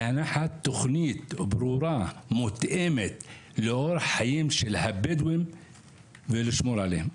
בהנחת תוכנית ברורה מותאמת לאורח החיים של הבדואים ולשמור עליהם.